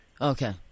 okay